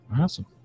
Awesome